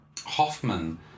Hoffman